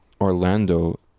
Orlando